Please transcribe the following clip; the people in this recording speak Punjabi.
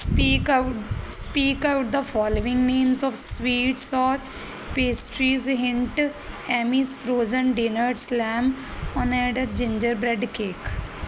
speak out speak out the following names of sweets ਔਰ ਪੇਸਟਰੀਜ਼ ਹਿੰਟ ਐਮੀਸ ਫਰੋਜ਼ਨ ਡਿਨਟਸਲੈਮ on and gingerbread cake